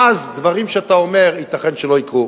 ואז דברים שאתה אומר, ייתכן שלא יקרו.